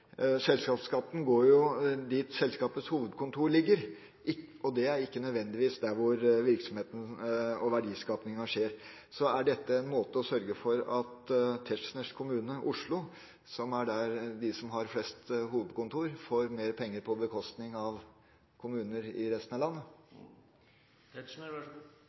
Selskapsskatten går jo dit selskapets hovedkontor ligger, og det er ikke nødvendigvis der virksomheten er, og verdiskapinga skjer. Er dette en måte å sørge for at Tetzschners kommune, Oslo, der det er flest hovedkontor, får mer penger, på bekostning av kommuner i resten av